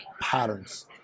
Patterns